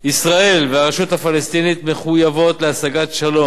"ישראל והרשות הפלסטינית מחויבות להשגת שלום,